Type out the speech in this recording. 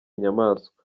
nyamaswa